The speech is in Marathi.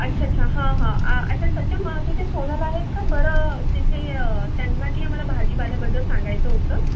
अच्छा अच्छा हा हा अच्छा सत्यम तिथे सोनल आहेत का बरं तिथे त्यांना की नाही मला भाजीपाल्याबद्दल सांगायचं होतं